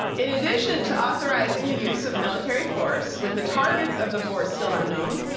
in addition to authorizing the use of military force with the targets of the forest still unknown,